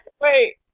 Wait